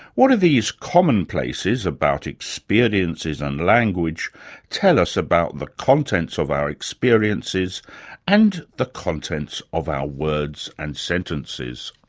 what do these commonplaces about experiences and language tell us about the contents of our experiences and the contents of our words and sentences?